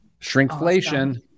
Shrinkflation